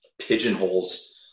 pigeonholes